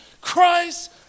Christ